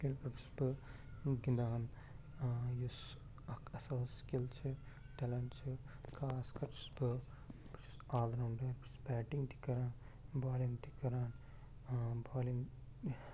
cricket چھُس بہٕ گِنٛدان یُس اکھ اَصٕل سِکِل چھُ ٹٮ۪لنٛٹ چھِ خاص کر چھُس بہٕ بہٕ چھُس آل راوُنٛڈَر بہٕ چھُس بیٹِنٛگ تہِ کَران بالِنٛگ تہِ کَران بالِنٛگ